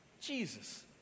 Jesus